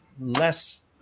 less –